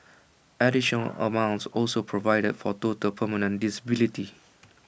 additional amounts also provided for total permanent disability